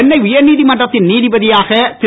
சென்னை உயர்நீதிமன்ற நீதிபதியாக திரு